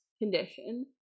condition